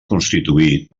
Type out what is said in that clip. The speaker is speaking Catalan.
constituït